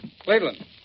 Cleveland